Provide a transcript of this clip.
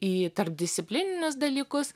į tarpdisciplininius dalykus